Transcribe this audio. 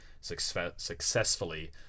successfully